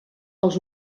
als